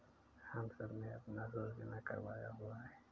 हम सबने अपना स्वास्थ्य बीमा करवाया हुआ है